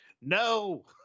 no